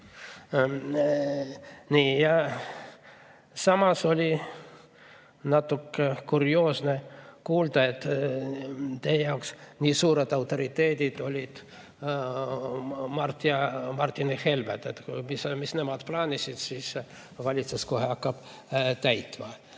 Samas oli natuke kurioosne kuulda, et teie jaoks nii suured autoriteedid olid Mart ja Martin Helme, et mida nemad plaanisid, seda valitsus hakkab kohe täitma.